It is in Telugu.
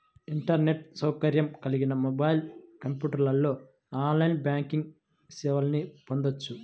ఇంటర్నెట్ సౌకర్యం కలిగిన మొబైల్, కంప్యూటర్లో ఆన్లైన్ బ్యాంకింగ్ సేవల్ని పొందొచ్చు